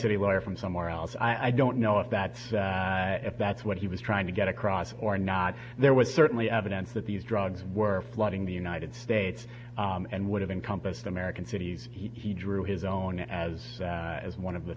city lawyer from somewhere else i don't know if that if that's what he was trying to get across or not there was certainly evidence that these drugs were flooding the united states and would have encompassed american cities he drew his own as as one of the